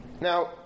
Now